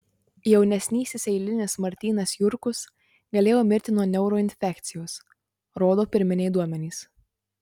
jaunesnysis eilinis martynas jurkus galėjo mirti nuo neuroinfekcijos rodo pirminiai duomenys